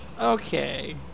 okay